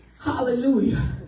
Hallelujah